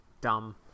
dumb